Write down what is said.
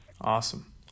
Awesome